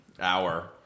hour